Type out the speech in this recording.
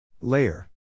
Layer